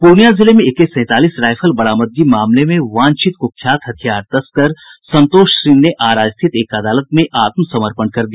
पूर्णियां जिले में एके सैंतालीस राइफल बरामदगी मामले में वांछित कुख्यात हथियार तस्कर संतोष सिंह ने आरा स्थित एक अदालत में आत्मसमर्पण कर दिया